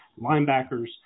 linebackers